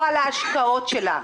או על ההשקעות שלה,